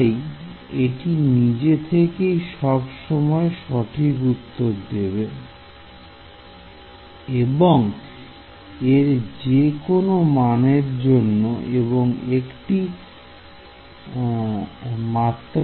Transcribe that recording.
তাই এটি নিজে থেকেই সব সময় সঠিক উত্তর দেবে x এর যে কোন মানের জন্য এবং একটি মাত্র